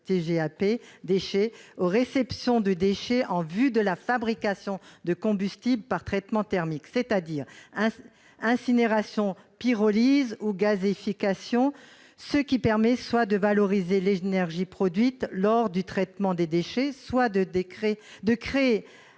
TGAP déchets aux réceptions de déchets en vue de la fabrication de combustible par traitement thermique- incinération, pyrolyse ou gazéification -, ce qui permet, soit de valoriser l'énergie produite lors du traitement des déchets, soit de créer,